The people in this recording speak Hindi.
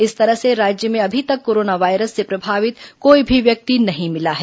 इस तरह से राज्य में अभी तक कोरोना वायरस से प्रभावित कोई भी व्यक्ति नहीं मिला है